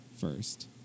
first